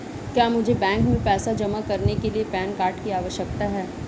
क्या मुझे बैंक में पैसा जमा करने के लिए पैन कार्ड की आवश्यकता है?